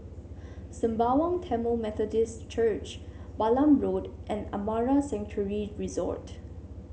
Sembawang Tamil Methodist Church Balam Road and Amara Sanctuary Resort